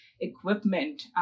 equipment